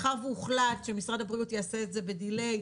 מאחר שהוחלט שמשרד הבריאות יעשה את זה בדיליי,